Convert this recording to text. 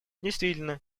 действительно